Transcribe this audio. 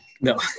No